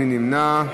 מי נמנע?